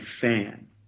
fan